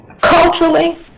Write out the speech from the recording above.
Culturally